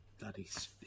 daddy's